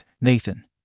Nathan